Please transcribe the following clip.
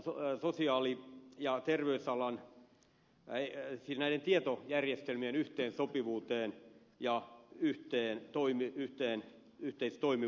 toinen liittyy sosiaali ja terveysalan tietojärjestelmien yhteensopivuuteen ja yhteentoimivuuteen